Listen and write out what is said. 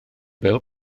bil